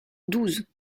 douze